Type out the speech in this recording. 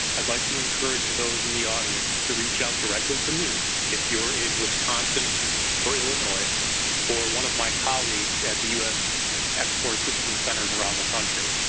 i'd like to encourage those in the audience to reach out directly to me if you're in wisconsin or illinois or one of my colleagues at the us export systems center around the country.